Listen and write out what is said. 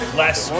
less